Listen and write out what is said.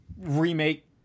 remake